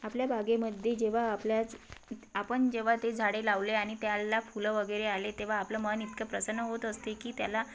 आपल्या बागेमध्ये जेव्हा आपल्याच आपण जेव्हा ते झाडे लावले आणि त्याला फुलं वगैरे आले तेव्हा आपलं मन इतकं प्रसन्न होत असते की त्याला